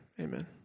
amen